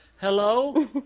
Hello